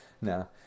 No